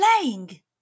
playing